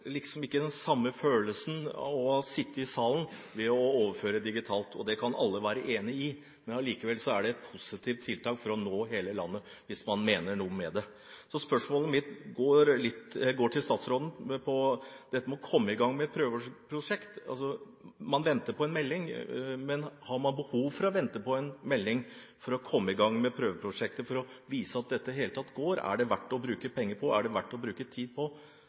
den samme følelsen av å sitte i salen ved å overføre digitalt. Det kan alle være enig i, men allikevel er det et positivt tiltak for å nå hele landet – hvis man mener noe med det. Spørsmålet mitt til statsråden går på dette med å komme i gang med et prøveprosjekt. Man venter på en melding. Men har man behov for å vente på en melding for å komme i gang med prøveprosjektet, for å vise om dette i det hele tatt går, om det er verdt å bruke penger på, om det er verdt å bruke tid på?